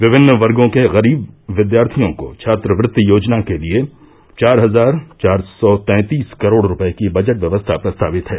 विभिन्न वर्गो के ग़रीब विद्यार्थियों को छात्रवृत्ति योजना के लिये चार हजार चार सौ तैंतीस करोड़ रूपये की बजट व्यवस्था प्रस्तावित है